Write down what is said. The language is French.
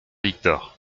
victor